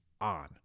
on